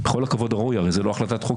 בכל הכבוד הראוי, הרי זה לא הצעת חוק